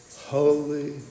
holy